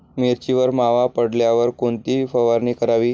मिरचीवर मावा पडल्यावर कोणती फवारणी करावी?